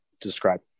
describe